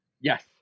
Yes